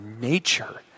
nature